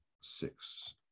six